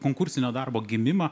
konkursinio darbo gimimą